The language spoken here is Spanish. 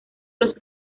los